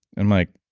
i'm like,